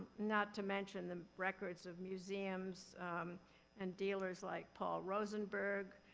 not to mention the records of museums and dealers, like paul rosenberg,